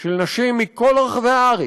של נשים מכל רחבי הארץ,